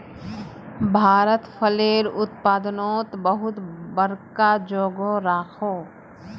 भारत फलेर उत्पादनोत बहुत बड़का जोगोह राखोह